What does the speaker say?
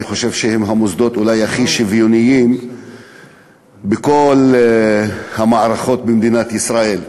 אני חושב שהם המוסדות אולי הכי שוויוניים בכל המערכות במדינת ישראל.